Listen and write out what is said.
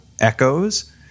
echoes